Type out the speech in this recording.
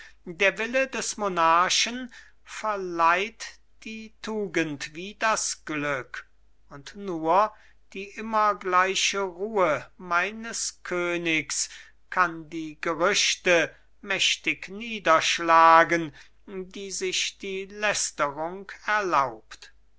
der wille des monarchen verleiht die tugend wie das glück und nur die immer gleiche ruhe meines königs kann die gerüchte mächtig niederschlagen die sich die lästerung erlaubt